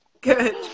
Good